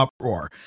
uproar